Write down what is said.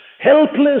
Helpless